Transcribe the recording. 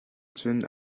cun